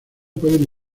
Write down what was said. pueden